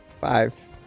Five